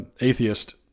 atheist